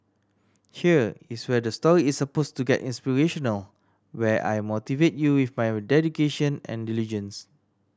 here is where the story is suppose to get inspirational where I motivate you with my dedication and diligence